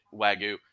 wagyu